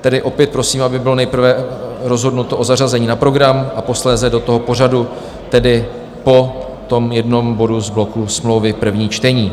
Tedy opět prosím, aby bylo nejprve rozhodnuto o zařazení na program a posléze do toho pořadu, tedy po tom jednom bodu z bloku Smlouvy první čtení.